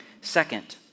Second